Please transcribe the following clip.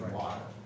water